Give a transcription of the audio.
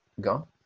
go